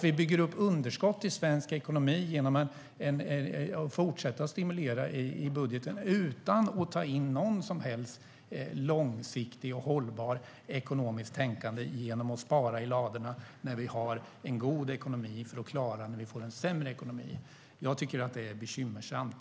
Vi bygger upp underskott i svensk ekonomi genom att fortsätta att stimulera i budgeten, utan att ta in något som helst långsiktigt och hållbart ekonomiskt tänkande genom att spara i ladorna när vi har en god ekonomi för att klara oss när vi får en sämre ekonomi. Jag tycker att det är bekymmersamt.